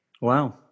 Wow